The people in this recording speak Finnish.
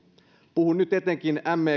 puhun nyt etenkin me